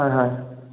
হয় হয়